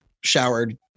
showered